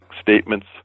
statements